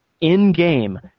in-game